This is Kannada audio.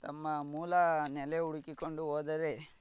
ತಮ್ಮ ಮೂಲ ನೆಲೆ ಹುಡುಕಿಕೊಂಡು ಹೋದರೆ